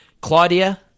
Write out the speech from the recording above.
claudia